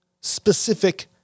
specific